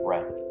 Right